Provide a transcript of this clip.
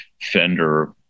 Fender